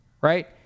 right